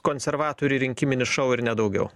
konservatorių rinkiminis šou ir ne daugiau